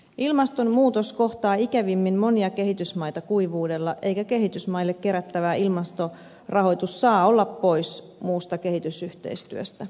ilmastonmuutos kohtaa ikävimmin monia kehitysmaita kuivuudella eikä kehitysmaille kerättävä ilmastorahoitus saa olla pois muusta kehitysyhteistyöstä